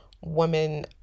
women